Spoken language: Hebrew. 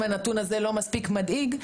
לא מספיק מדאיג,